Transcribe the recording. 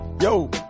Yo